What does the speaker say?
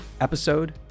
episode